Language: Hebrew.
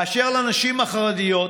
אשר לנשים החרדיות,